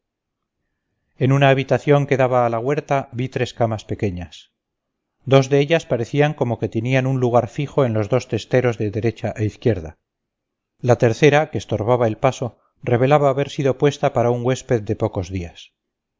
en una habitación que daba a la huerta vi tres camas pequeñas dos de ellas parecía como que tenían un lugar fijo en los dos testeros de derecha e izquierda la tercera que estorbaba el paso revelaba haber sido puesta para un huésped de pocos días